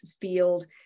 field